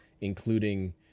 including